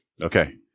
Okay